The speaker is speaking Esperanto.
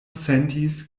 sentis